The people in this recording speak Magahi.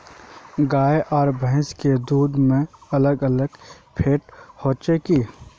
गाय आर भैंस के दूध में अलग अलग फेट होचे की?